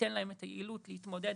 ייתן להם את היעילות להתמודד